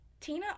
Tina